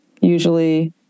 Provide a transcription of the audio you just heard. usually